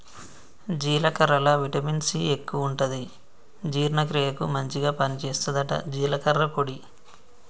జీలకర్రల vitamin C ఎక్కువుంటది జీర్ణ క్రియకు మంచిగ పని చేస్తదట జీలకర్ర పొడి